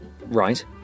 Right